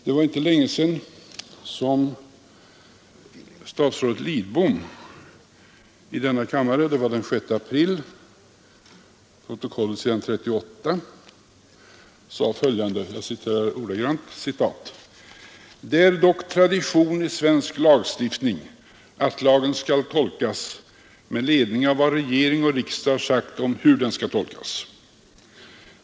Den 6 april i år sade statsrådet Lidbom — s. 38 i protokollet — i denna kammare följande: ”Det är dock tradition i svensk lagstiftning att lagen skall tolkas med ledning av vad regering och riksdag har sagt om hur den skall tolkas.